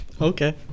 Okay